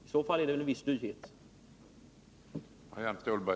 I så fall är det i viss mån en nyhet.